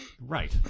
Right